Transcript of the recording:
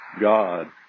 God